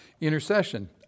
intercession